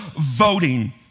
voting